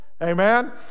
Amen